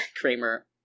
Kramer